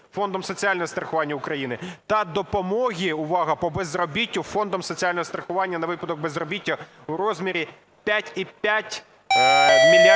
Фондом соціального страхування України та допомоги, - увага, по безробіттю Фондом соціального страхування на випадок безробіття в розмірі 5,5 мільярда